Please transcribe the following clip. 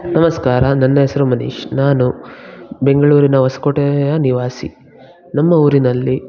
ನಮಸ್ಕಾರ ನನ್ನ ಹೆಸರು ಮನೀಶ್ ನಾನು ಬೆಂಗಳೂರಿನ ಹೊಸಕೋಟೆಯ ನಿವಾಸಿ ನಮ್ಮ ಊರಿನಲ್ಲಿ